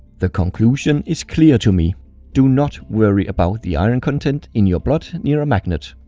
the conclusion is clear to me do not worry about the iron content in your blood near a magnet.